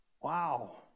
Wow